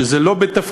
וזה לא מתפקידו,